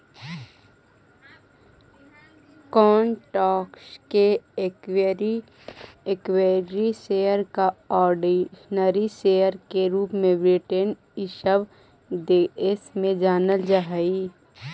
कौन स्टॉक्स के equity share या ऑर्डिनरी शेयर के रूप में ब्रिटेन इ सब देश में जानल जा हई